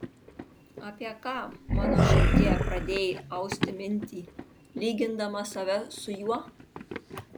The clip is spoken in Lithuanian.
apie ką mano širdie pradėjai austi mintį lygindama save su juo